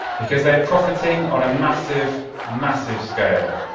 because they are profiting on a massive, massive scale.